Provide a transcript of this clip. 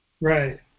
Right